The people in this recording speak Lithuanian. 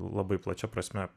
labai plačia prasme